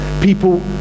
people